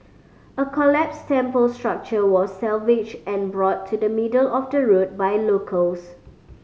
a collapsed temple structure was salvaged and brought to the middle of the road by locals